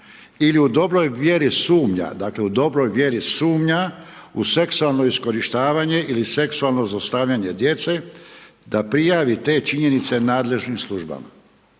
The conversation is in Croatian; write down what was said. u dobroj vjeri sumnja u seksualno iskorištavanje ili seksualno zlostavljanje djece, da prijavi te činjenice nadležnim službama.